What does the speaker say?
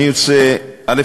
אני רוצה, א.